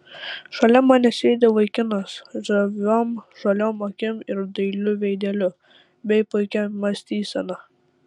šalia manęs sėdi vaikinas žaviom žaliom akim ir dailiu veideliu bei puikia mąstysena